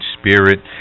spirit